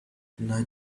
nudge